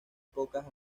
pocas